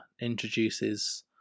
introduces